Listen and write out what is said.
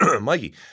Mikey